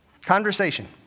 Conversation